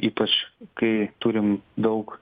ypač kai turim daug